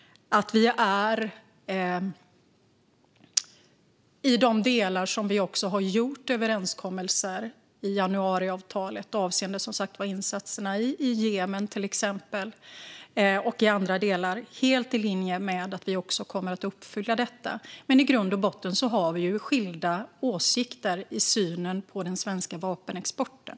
De delar av januariavtalet där vi gjort överenskommelser avseende insatserna i till exempel Jemen och andra delar ligger helt i linje med det, och vi kommer också att uppfylla detta. Men i grund och botten har vi skilda åsikter i synen på den svenska vapenexporten.